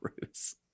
Bruce